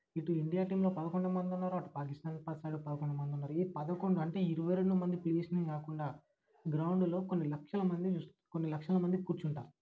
ఇటు ఇండియా టీమ్లో పదకొండే మందున్నరు అటు పాకిస్తాన్ సైడ్ పదకొండు మంది ఉన్నారు ఈ పదకొండు అంటే ఈ ఇరవై రెండు మంది ప్లే చేసిందే కాకుండా గ్రౌండులో కొన్ని లక్షలమంది చూ కొన్ని లక్షలమంది కూర్చుంటారు